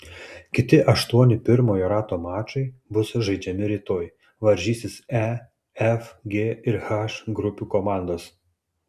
kiti aštuoni pirmojo rato mačai bus žaidžiami rytoj varžysis e f g ir h grupių komandos